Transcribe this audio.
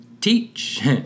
teach